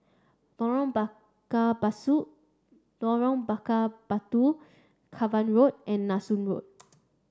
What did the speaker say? Lorong Bakar Basu Lorong Bakar Batu Cavan Road and Nanson Road